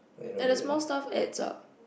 and the small stuff adds up